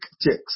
checks